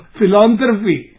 philanthropy